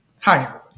Hi